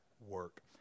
work